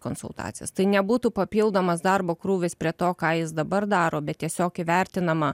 konsultacijas tai nebūtų papildomas darbo krūvis prie to ką jis dabar daro bet tiesiog įvertinama